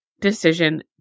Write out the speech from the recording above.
decision